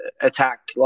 attack